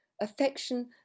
Affection